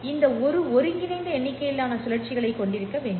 இது ஒரு ஒருங்கிணைந்த எண்ணிக்கையிலான சுழற்சிகளைக் கொண்டிருக்க வேண்டும்